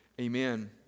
amen